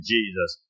Jesus